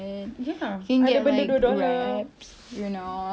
yes I think that's my most memorable one